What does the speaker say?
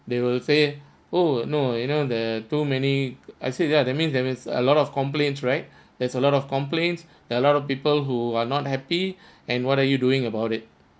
they will say oh no you know there too many I said ya that means that means a lot of complaints right there's a lot of complaints there are a lot of people who are not happy and what are you doing about it